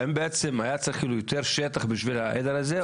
האם בעצם היה בעצם צריך יותר שטח בשביל העדר הזה?